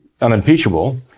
unimpeachable